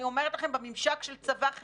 אני אומרת לכם בממשק של צבא-חברה,